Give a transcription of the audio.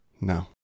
No